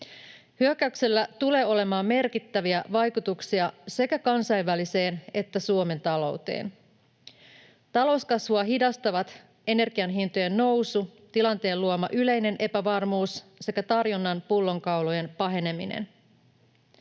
Hyökkäyksellä tulee olemaan merkittäviä vaikutuksia sekä kansainväliseen että Suomen talouteen. Talouskasvua hidastavat energian hintojen nousu, tilanteen luoma yleinen epävarmuus sekä tarjonnan pullonkaulojen paheneminen.